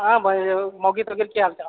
हाँ बढ़िआँ मोगिल की हाल चाल